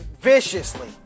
viciously